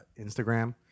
instagram